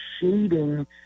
shading